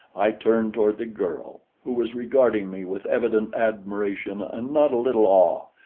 i turned toward the girl, who was regarding me with evident admiration and not a little awe,